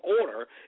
order